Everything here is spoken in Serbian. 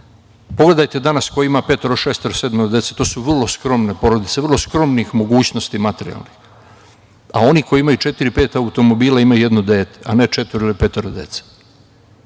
dece. Pogledajte danas ko ima petoro, šestoro, sedmoro dece. To su vrlo skromne porodice, vrlo skromnih mogućnosti materijalnih, a oni koji imaj četiri, pet automobila imaju jedno dete, a ne četvoro ili petoro dece. Ne